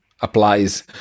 applies